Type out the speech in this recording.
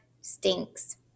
stinks